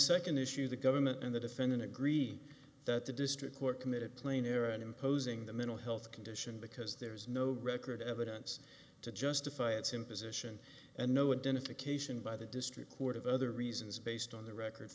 second issue the government and the defendant agree that the district court committed plain error and imposing the mental health condition because there is no record evidence to justify its imposition and no intent occasioned by the district court of other reasons based on the record